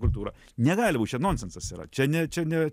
kultūra negali būt čia nonsensas yra čia ne čia ne